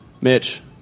Mitch